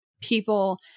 people